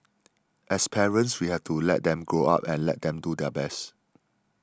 as parents we have to let them grow up and let them do their best